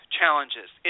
challenges